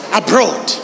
abroad